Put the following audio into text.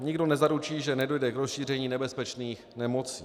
Nikdo nezaručí, že nedojde k rozšíření nebezpečných nemocí.